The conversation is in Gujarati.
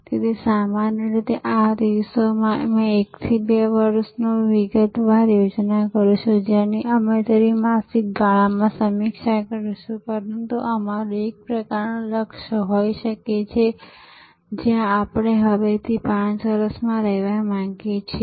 તેથી સામાન્ય રીતે આ દિવસોમાં અમે 1 થી 2 વર્ષનો વિગતવાર યોજના કરીશું જેની અમે દરેક ત્રિમાસિક ગાળામાં સમીક્ષા કરીશું પરંતુ અમારું એક પ્રકારનું લક્ષ્ય હોઈ શકે છે જ્યાં આપણે હવેથી 5 વર્ષમાં રહેવા માંગીએ છીએ